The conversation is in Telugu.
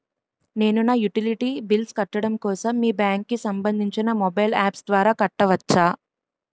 నేను నా యుటిలిటీ బిల్ల్స్ కట్టడం కోసం మీ బ్యాంక్ కి సంబందించిన మొబైల్ అప్స్ ద్వారా కట్టవచ్చా?